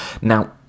Now